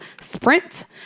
Sprint